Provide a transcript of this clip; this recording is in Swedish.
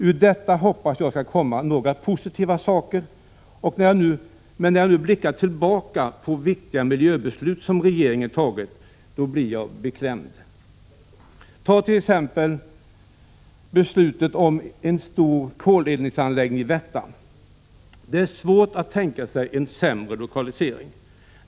Ur detta hoppas jag skall komma några positiva saker, men när jag blickar tillbaka på viktiga miljöbeslut som regeringen fattat blir jag beklämd. Ta t.ex. beslutet om en stor koleldningsanläggning i Värtan. Det är svårt att tänka sig en sämre lokalisering.